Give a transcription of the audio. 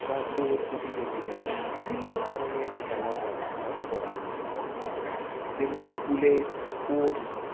বা দৌঁড় প্রতিযোগিতা বিভিন্ন ধরনের খেলার ব্যবস্থা করা উচিত তেমনি স্কুলে স্পোর্টস